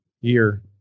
year